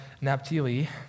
Naphtali